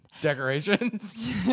Decorations